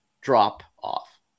drop-off